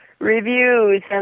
reviews